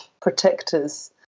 protectors